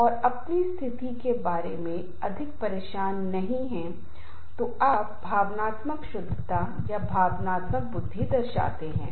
इसलिए एक समूह में आम तौर पर जो कुछ हो रहा है वह एक सामान्य लक्ष्य है और अपने सर्वोत्तम प्रयास और समझ के साथ वे उस लक्ष्य को प्राप्त करने का प्रयास करते हैं